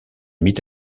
mit